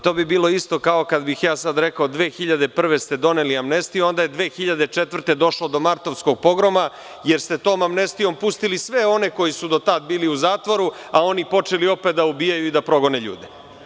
To bi bilo isto kao kada bih ja sada rekao – 2001. godine ste doneli amnestiju a onda je 2004. došlo do martovskog pogroma, jer ste tom amnestijom pustili sve one koji su do tada bili u zatvoru, a oni počeli opet da ubijaju i da progone ljude.